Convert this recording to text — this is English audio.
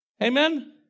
Amen